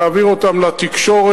להעביר אותם לתקשורת,